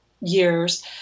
years